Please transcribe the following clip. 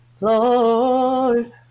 Lord